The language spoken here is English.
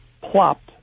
plopped